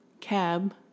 Cab